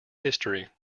history